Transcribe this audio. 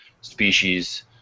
species